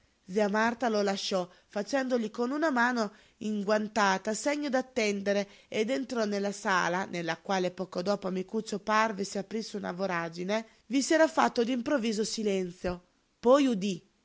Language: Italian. zia marta lo lasciò facendogli con una mano inguantata segno d'attendere ed entrò nella sala nella quale poco dopo a micuccio parve si aprisse una voragine vi s'era fatto d'improvviso silenzio poi udí